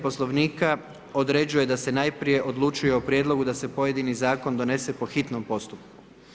Poslovnika određuje da se najprije odlučuje o prijedlogu da se pojedini zakon donese po hitnom postupku.